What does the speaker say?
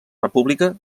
república